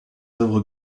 œuvres